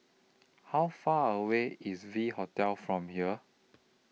How Far away IS V Hotel from here